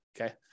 Okay